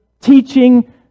teaching